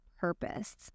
purpose